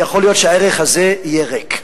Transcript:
יכול להיות שהערך הזה יהיה ריק.